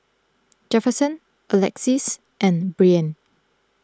Jefferson Alexis and Byrd